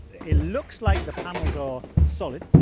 it looks like the panels are solid,